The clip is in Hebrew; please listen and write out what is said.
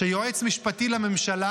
שיועץ משפטי לממשלה,